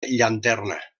llanterna